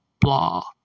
blah